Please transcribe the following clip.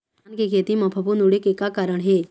धान के खेती म फफूंद उड़े के का कारण हे?